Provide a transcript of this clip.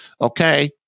Okay